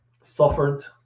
suffered